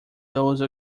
those